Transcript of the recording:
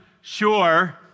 sure